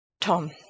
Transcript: Tom